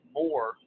more